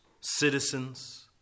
citizens